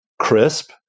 crisp